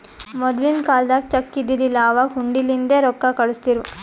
ಮೊದಲಿನ ಕಾಲ್ದಾಗ ಚೆಕ್ ಇದ್ದಿದಿಲ್ಲ, ಅವಾಗ್ ಹುಂಡಿಲಿಂದೇ ರೊಕ್ಕಾ ಕಳುಸ್ತಿರು